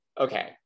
okay